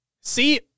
See